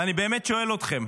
ואני באמת שואל אתכם,